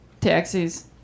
taxis